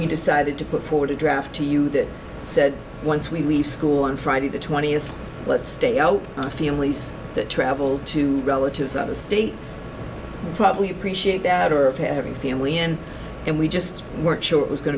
we decided to put forward a draft to you that said once we leave school on friday the twentieth let's stay out of families that travel to relatives of the state probably appreciate that or of having family and and we just weren't sure it was going